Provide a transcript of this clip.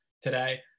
today